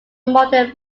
modern